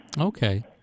Okay